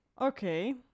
Okay